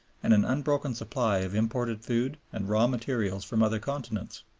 and an unbroken supply of imported food and raw materials from other continents.